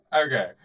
Okay